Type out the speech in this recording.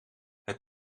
het